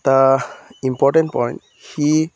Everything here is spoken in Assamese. এটা ইম্পৰ্টেণ্ট পইণ্ট সি